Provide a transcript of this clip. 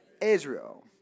Israel